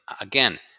again